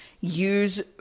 use